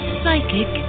psychic